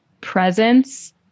presence